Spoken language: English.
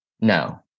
No